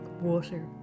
water